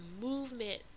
movement